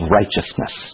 righteousness